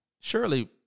Surely